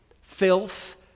filth